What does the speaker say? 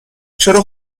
چرا